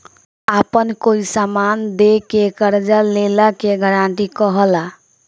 आपन कोई समान दे के कर्जा लेला के गारंटी कहला